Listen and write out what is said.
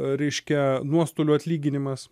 reiškia nuostolių atlyginimas